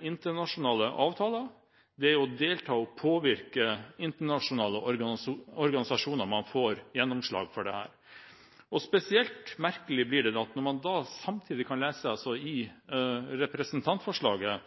internasjonale avtaler, og gjennom det å delta og påvirke internasjonale organisasjoner at man får gjennomslag for dette. Spesielt merkelig blir det når man samtidig kan lese i representantforslaget: